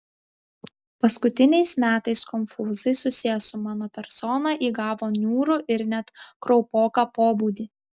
paskutiniais metais konfūzai susiję su mano persona įgavo niūrų ir net kraupoką pobūdį